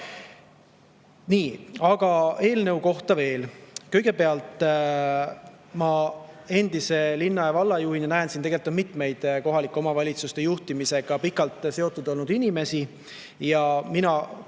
Nii, aga eelnõust veel. Kõigepealt, ma endise linna‑ ja vallajuhina näen, et siin saalis on mitmeid kohalike omavalitsuste juhtimisega pikalt seotud olnud inimesi. Mina